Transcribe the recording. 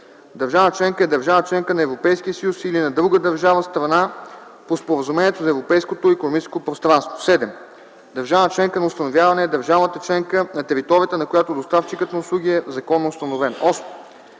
„Държава членка” е държава – членка на Европейския съюз, или на друга държава – страна по Споразумението за Европейското икономическо пространство. 7. „Държава членка на установяване” е държавата членка, на територията на която доставчикът на услуги е законно установен. 8.